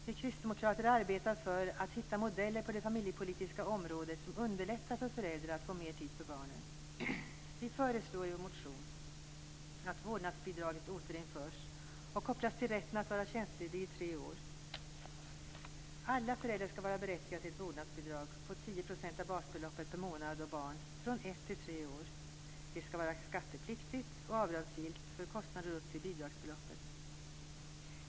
Vi kristdemokrater arbetar för att hitta modeller på det familjepolitiska området som underlättar för föräldrar att få mer tid till barnen. Vi föreslår i vår motion att vårdnadsbidraget återinförs och kopplas till rätten att vara tjänstledig i tre år. Alla föräldrar skall vara berättigade till ett vårdnadsbidrag på 10 % av basbeloppet per månad och barn från ett till tre år. Det skall vara skattepliktigt och avdragsgillt för kostnader upp till bidragsbeloppet.